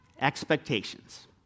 Expectations